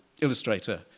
illustrator